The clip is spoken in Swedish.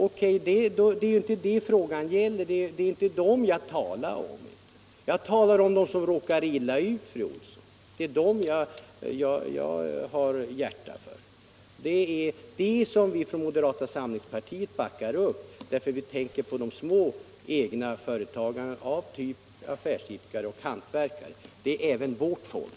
Men det som jag tidigare sagt är inte dem frågan gäller. Jag talar om dem som råkar illa ut. Det är dessa som vi inom moderata samlingspartiet vill backa upp, vi tänker på små egna företagare av typ affärsidkare och hantverkare. Det är även vårt folk.